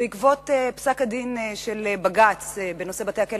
בעקבות פסק-הדין של בג"ץ בנושא בתי-הכלא